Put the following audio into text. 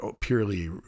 purely